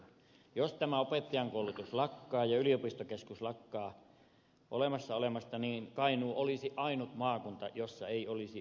jos tämä opettajankoulutus lakkaa ja yliopistokeskus lakkaa olemassa olemasta niin kainuu olisi ainut maakunta jossa ei olisi yliopistollista toimintaa